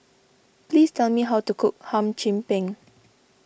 please tell me how to cook Hum Chim Peng